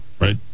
right